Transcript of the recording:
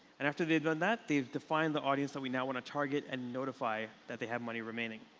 and after they've done that they've defined the audience that we now want to target and notify that they have money remaining.